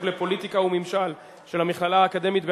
לפוליטיקה וממשל של המכללה האקדמית באשקלון,